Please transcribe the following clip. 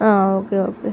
okay okay